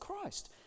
Christ